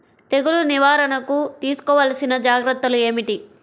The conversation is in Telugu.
తెగులు నివారణకు తీసుకోవలసిన జాగ్రత్తలు ఏమిటీ?